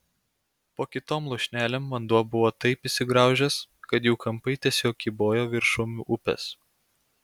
po kitom lūšnelėm vanduo buvo taip įsigraužęs kad jų kampai tiesiog kybojo viršum upės